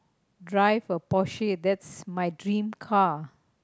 drive a Porche that's my dream car